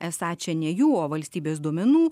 esą čia ne jų o valstybės duomenų